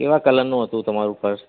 કેવા કલરનું હતું તમારું પર્સ